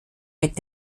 mit